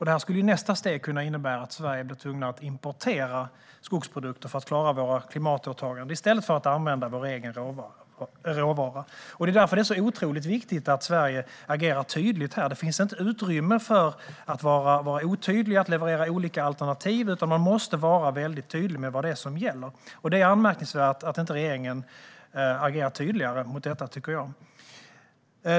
Detta skulle i nästa steg kunna innebära att vi i Sverige blir tvungna att importera skogsprodukter för att klara våra klimatåtaganden, i stället för att använda vår egen råvara. Det är därför det är så otroligt viktigt att Sverige agerar tydligt här. Det finns inte utrymme för att vara otydlig och leverera olika alternativ, utan man måste vara väldigt tydlig med vad det är som gäller. Det är anmärkningsvärt att regeringen inte agerar tydligare mot detta, tycker jag.